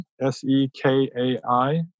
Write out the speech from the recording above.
S-E-K-A-I